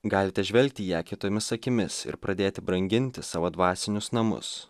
galite žvelgti į ją kitomis akimis ir pradėti branginti savo dvasinius namus